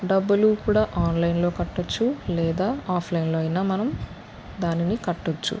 డబ్బులు కూడా ఆన్లైన్లో కట్టొచ్చు లేదా ఆఫ్లైన్లో అయినా మనం దానిని కట్టొచ్చు